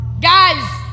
guys